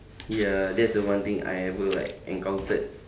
ya that's the one thing I ever like encountered